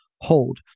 hold